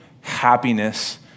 happiness